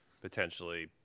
potentially